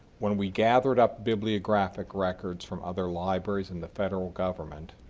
when we gathered up bibliographic records from other libraries in the federal government,